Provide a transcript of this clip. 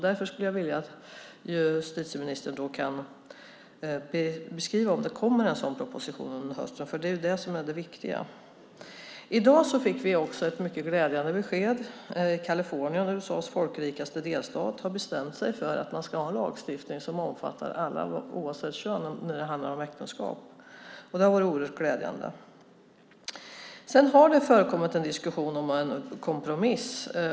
Därför skulle jag vilja att justitieministern beskriver om det kommer en sådan proposition under hösten. Det är det viktiga. I dag fick vi också ett mycket glädjande besked. I Kalifornien, USA:s folkrikaste delstat, har man bestämt sig för att ha en lagstiftning som omfattar alla oavsett kön när det handlar om äktenskap. Det är oerhört glädjande. Det har förekommit en diskussion om en kompromiss.